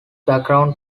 background